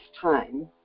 time